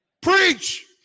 Preach